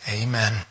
Amen